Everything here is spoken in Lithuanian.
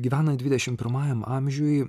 gyvenant dvidešimt pirmajam amžiuj